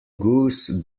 goose